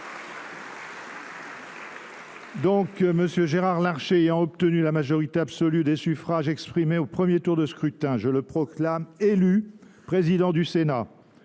voix. M. Gérard Larcher ayant obtenu la majorité absolue des suffrages exprimés au premier tour de scrutin, je le proclame président du Sénat.